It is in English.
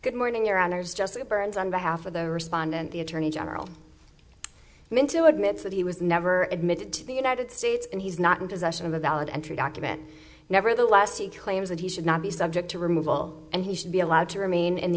good morning your honour's just burns on behalf of the respondent the attorney general minta admits that he was never admitted to the united states and he's not in possession of a valid entry document nevertheless he claims that he should not be subject to removal and he should be allowed to remain in the